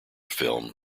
film